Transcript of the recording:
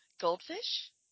Goldfish